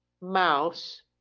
mouse